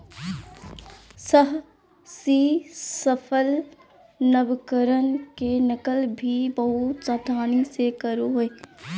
साहसी सफल नवकरण के नकल भी बहुत सावधानी से करो हइ